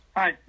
Hi